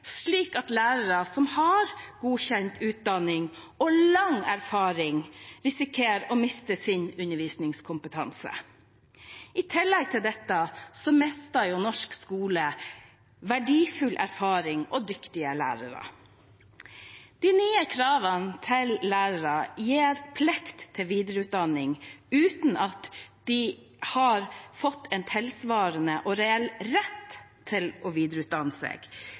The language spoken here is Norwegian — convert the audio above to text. slik at lærere som har godkjent utdanning og lang erfaring, risikerer å miste sin undervisningskompetanse. I tillegg til dette mister norsk skole verdifull erfaring og dyktige lærere. I forslaget sier man at de nye kravene til lærere gir plikt til videreutdanning, uten at de har fått en tilsvarende og reell rett til å videreutdanne seg,